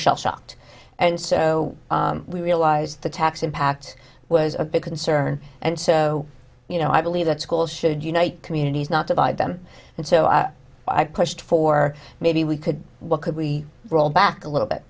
shell shocked and so we realized the tax impact was a big concern and so you know i believe that schools should unite communities not divide them and so i i pushed for maybe we could what could we roll back a little bit